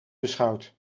beschouwt